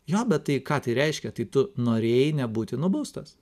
jo bet tai ką tai reiškia tai tu norėjai nebūti nubaustas